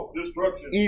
destruction